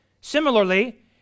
Similarly